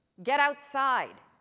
get outside.